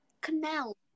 canal